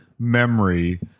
memory